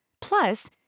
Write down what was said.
Plus